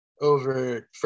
over